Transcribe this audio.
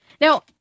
Now